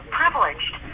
privileged